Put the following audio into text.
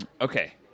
Okay